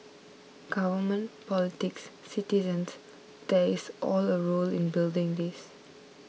government politics citizens there is all a role in building this